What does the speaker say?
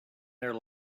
their